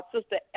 Sister